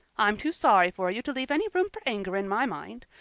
i'm too sorry for you to leave any room for anger in my mind.